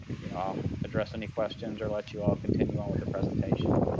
you know, i'll address any questions or let you all continue on with the presentation.